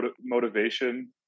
motivation